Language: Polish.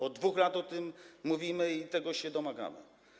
Od 2 lat o tym mówimy i tego się domagamy.